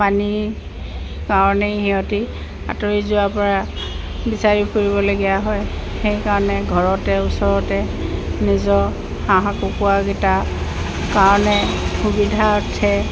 পানীৰ কাৰণেই সিহঁতে আঁতৰি যোৱাৰ পৰা বিচাৰি ফুৰিবলগীয়া হয় সেইকাৰণে ঘৰতে ওচৰতে নিজৰ হাঁহ কুকুৰাকেইটা কাৰণে সুবিধাৰ্থে